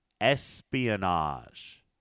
Espionage